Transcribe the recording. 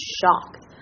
shocked